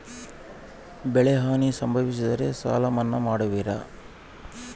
ಬೆಳೆಹಾನಿ ಸಂಭವಿಸಿದರೆ ಸಾಲ ಮನ್ನಾ ಮಾಡುವಿರ?